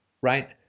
right